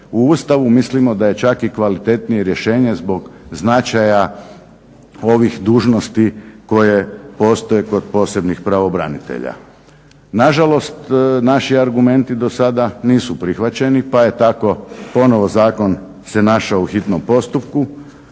u Ustavu mislimo da je čak i kvalitetnije rješenje zbog značaja ovih dužnosti koje postoje kod posebnih pravobranitelja. Na žalost naši argumenti do sada nisu prihvaćeni, pa je tako ponovo zakon se našao u hitnom postupku.